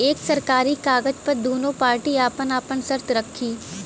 एक सरकारी कागज पर दुन्नो पार्टी आपन आपन सर्त रखी